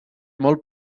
molt